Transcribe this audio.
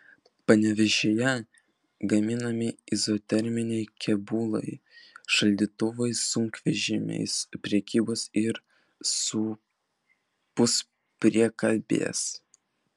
panevėžyje gaminami izoterminiai kėbulai šaldytuvai sunkvežimiams priekabos ir puspriekabės